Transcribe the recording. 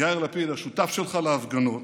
יאיר לפיד, השותף שלך להפגנות,